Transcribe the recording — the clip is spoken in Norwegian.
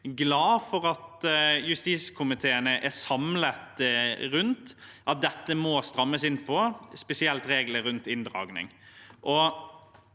veldig glad for at justiskomiteen er samlet rundt at dette må strammes inn på, spesielt gjelder det regler rundt inndragning.